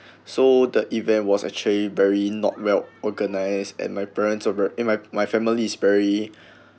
so the event was actually very not well organized and my parents over and my my family is very